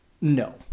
No